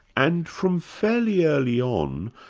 and from fairly early on,